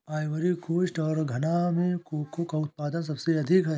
Ivory coast और घना में कोको का उत्पादन सबसे अधिक है